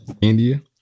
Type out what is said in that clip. India